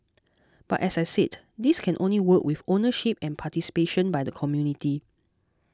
but as I said this can only work with ownership and participation by the community